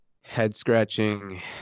head-scratching